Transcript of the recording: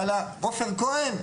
עופר כהן?